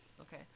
Okay